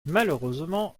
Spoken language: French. malheureusement